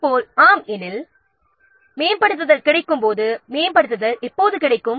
இதேபோல் ஆம் எனில் மேம்படுத்தல் எப்போது கிடைக்கும்